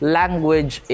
language